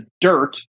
dirt